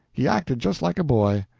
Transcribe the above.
he acted just like a boy.